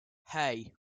hey